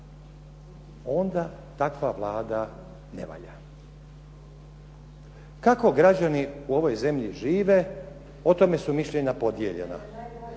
onda takva Vlada ne valja. Kako građani u ovoj zemlji žive, o tome su mišljenja podijeljena.